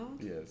Yes